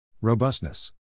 Robustness